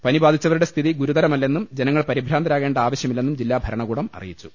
പനി ബാധിച്ചവരുടെ സ്ഥിതി ഗുരുതരമല്ലെന്നും ജനങ്ങൾ പരിഭ്രാന്തരാകേണ്ട ആവശ്യമില്ലെന്നും ജില്ലാ ഭരണകൂടം അറിയിച്ചു